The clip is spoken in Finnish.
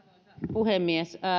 puhemies